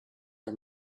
are